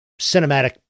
cinematic